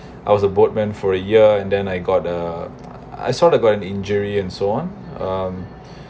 I was a boatman for a year and then I got the I sort of got an injury and so on um